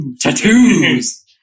Tattoos